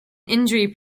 injury